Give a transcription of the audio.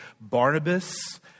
Barnabas